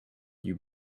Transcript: you